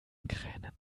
kränen